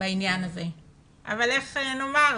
בעניין הזה אבל איך נאמר?